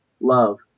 love